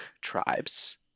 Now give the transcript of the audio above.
tribes